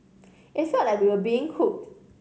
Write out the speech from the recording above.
it felt like we were being cooked